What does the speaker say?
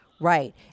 Right